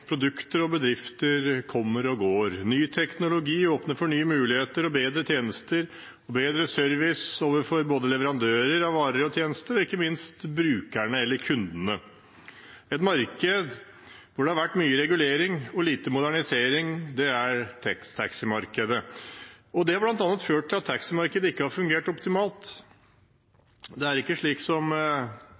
Produkter og bedrifter kommer og går. Ny teknologi åpner for nye muligheter, bedre tjenester og bedre service både overfor leverandørene av varer og tjenester og ikke minst overfor brukerne eller kundene. Et marked hvor det har vært mye regulering og lite modernisering, er taximarkedet. Det har bl.a. ført til at taximarkedet ikke har fungert optimalt. Det er ikke slik som